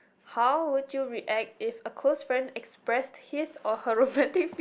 how would you react if a close friend express his or her romantic feel